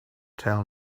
tell